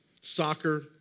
soccer